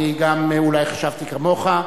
גם אני אולי חשבתי כמוך.